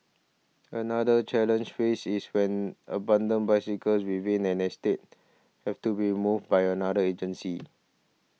another challenge faced is when abandoned bicycles within an estate have to be removed by another agency